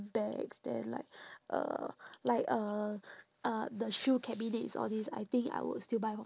bags then like uh like uh uh the shoe cabinets all these I think I would still buy from